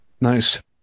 Nice